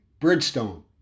Bridgestone